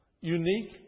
unique